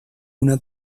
una